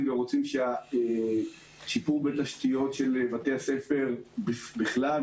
ורוצים שהשיפור בתשתיות של בתי הספר בכלל,